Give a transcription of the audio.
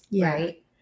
Right